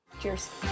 Cheers